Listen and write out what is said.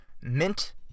Mint